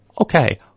Okay